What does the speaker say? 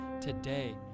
today